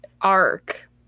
arc